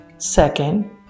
second